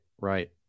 right